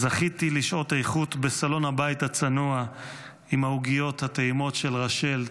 זכיתי לשעות איכות בסלון הבית הצנוע עם העוגיות הטעימות של רשל,